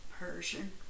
Persian